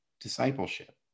discipleship